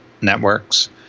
networks